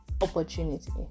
opportunity